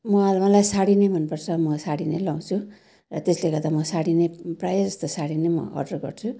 म मलाई साडी नै मनपर्छ म साडी नै लाउँछु र त्यसले गर्दा म साडी नै प्रायः जस्तो म साडी नै अर्डर गर्छु